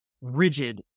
rigid